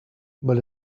but